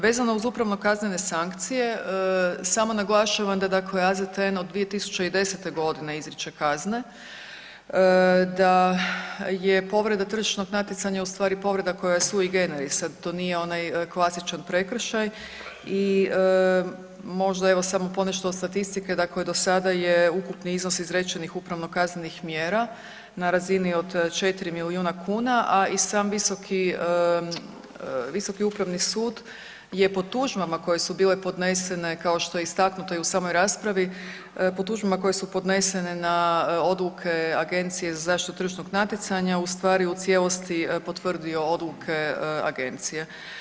Vezano uz upravno kaznene sankcije samo naglašavam da dakle AZTN od 2010. godine izreče kazne, da je povreda tržišnog natjecanja u stvari povreda koja je sui generis, to nije onaj klasičan prekršaj i možda evo samo ponešto o statistici, dakle do sada je ukupni iznos izrečenih upravno kaznenih djela na razini od 4 milijuna kuna, a i sam visoki, visoki upravni sud je po tužbama koje su bile podnesene, kao što je istaknuto i u samoj raspravi, po tužbama koje su podnesene na odluke Agencije za zaštitu tržišnog natjecanja u stvari u cijelosti potvrdio odluke agencije.